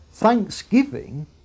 Thanksgiving